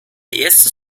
erste